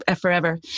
forever